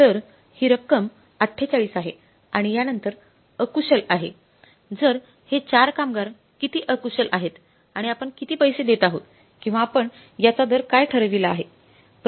तर ही रक्कम 48 आहे आणि यांनतर अकुशल आहे जर हे 4 कामगार किती अकुशल आहेत आणि आपण किती पैसे देत आहोत किंवा आपण याचा दर काय ठरविला आहे